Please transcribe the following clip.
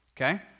okay